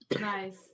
Nice